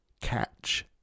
catch